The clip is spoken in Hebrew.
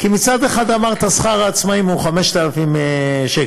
כי מצד אחד אמרת: שכר העצמאים הוא 5,000 שקלים,